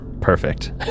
perfect